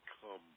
come